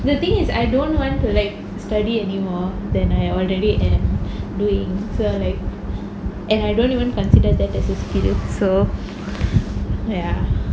the thing is I don't want to like study anymore than I already am doing so like and I don't even consider that as a skill so ya